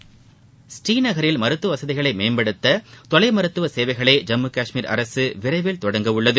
பூநீநகரில் மருத்துவ வகதிகளை மேம்படுத்த தொலைமருத்துவ சேவைகளை ஜம்மு காஷ்மீர் அரசு விரைவில் தொடங்கவுள்ளது